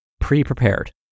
pre-prepared